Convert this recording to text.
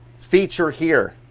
feature here,